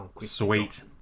Sweet